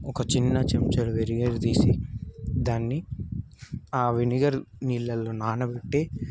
ఒక చిన్న చెంచాడు వినిగర్ తీసి దాన్ని ఆ వినిగర్ నీళ్ళలో నానబెట్టి